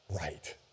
right